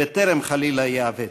בטרם, חלילה, יאבד.